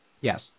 Yes